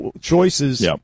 choices